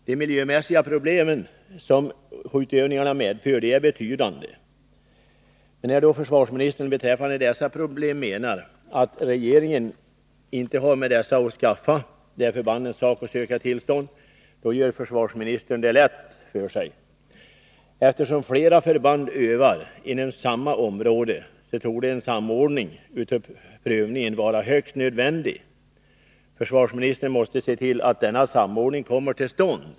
De miljömässiga problem som skjutövningarna medför är betydande. När då försvarsministern beträffande dessa problem menar att regeringen inte har med detta att skaffa — det är förbandens sak att söka tillstånd — gör försvarsministern det lätt för sig. Eftersom flera förband övar inom samma område torde en samordning av prövningen vara högst nödvändig. Försvarsministern måste se till att denna samordning kommer till stånd.